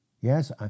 Yes